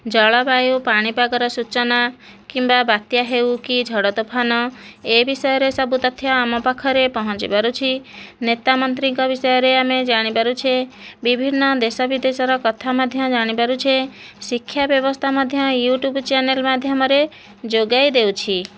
ଜଳବାୟୁ ପାଣିପାଗର ସୂଚନା କିମ୍ବା ବାତ୍ୟା ହେଉ କି ଝଡ଼ ତୋଫାନ ଏ ବିଷୟରେ ସବୁ ତଥ୍ୟ ଆମ ପାଖରେ ପହଞ୍ଚି ପାରୁଛି ନେତା ମନ୍ତ୍ରୀଙ୍କ ବିଷୟରେ ଆମେ ଜାଣିପାରୁଛେ ବିଭିନ୍ନ ଦେଶ ବିଦେଶର କଥା ମଧ୍ୟ ଜାଣିପାରୁଛେ ଶିକ୍ଷା ବ୍ୟବସ୍ଥା ମଧ୍ୟ ୟୁଟ୍ୟୁବ୍ ଚ୍ୟାନେଲ୍ ମାଧ୍ୟମରେ ଯୋଗାଇ ଦେଉଛି